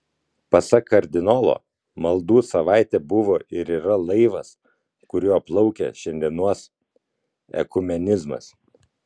pasak kardinolo maldų savaitė buvo ir yra laivas kuriuo plaukia šiandienos ekumenizmas